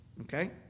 okay